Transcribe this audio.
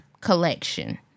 collection